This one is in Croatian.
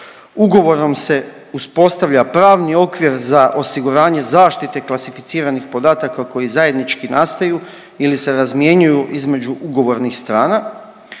Ugovorom se uspostavlja pravni okvir za osiguranje zaštite klasificiranih podataka koji zajednički nastaju ili se razmjenjuju između ugovornih strana.